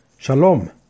Shalom